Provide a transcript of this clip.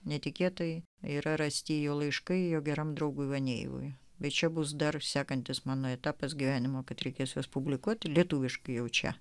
netikėtai yra rasti jo laiškai jo geram draugui neilui bet čia bus dar sekantis mano tapęs gyvenimo kad reikės juos publikuoti lietuviškai jau čia